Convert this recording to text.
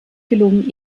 gelungen